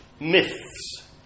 myths